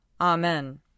Amen